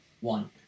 One